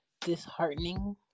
disheartening